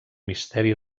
misteri